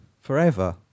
forever